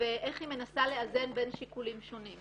ואיך היא מנסה לאזן בין שיקולים שונים?